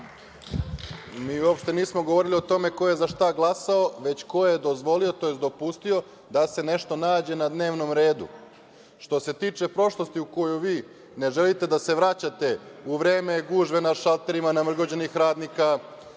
Mi uopšte nismo govorili o tome ko je za šta glasao, već ko je dozvolio tj. dopustio da se nešto nađe na dnevnom redu? Što se tiče prošlosti u koju vi ne želite da se vraćate u vreme gužve na šalterima namrgođenih radnika,